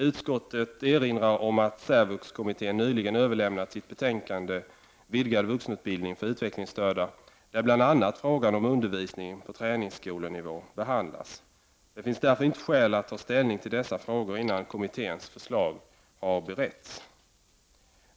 Utskottet erinrar om att särvuxkommittén nyligen överlämnat sitt betänkande ”Vidgad vuxenutbildning för utvecklingsstörda”, där bl.a. frågan om undervisning på träningsskolenivå behandlas. Det finns därför inte skäl att ta ställning till dessa frågor innan kommitténs förslag har beretts.